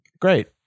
Great